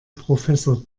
professor